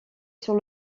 sur